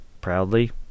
proudly